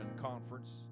Conference